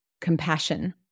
compassion